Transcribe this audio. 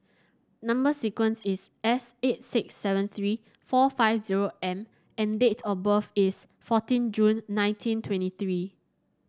number sequence is S eight six seven three four five zero M and date of birth is fourteen June nineteen twenty three